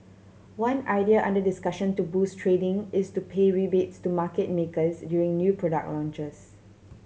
one idea under discussion to boost trading is to pay rebates to market makers during new product launches